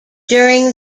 during